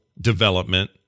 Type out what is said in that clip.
development